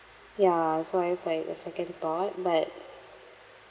ya so I've like a second thought but